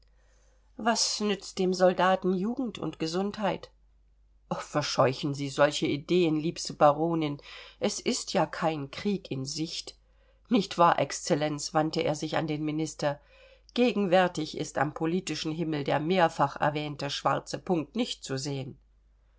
was nützt dem soldaten jugend und gesundheit verscheuchen sie solche ideen liebste baronin es ist ja kein krieg in sicht nicht wahr excellenz wandte er sich an den minister gegenwärtig ist am politischen himmel der mehrfach erwähnte schwarze punkt nicht zu sehen